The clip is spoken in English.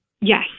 Yes